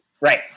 Right